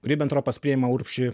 ribentropas priima urbšį